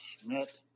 Schmidt